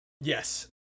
Yes